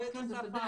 אני מתכוונת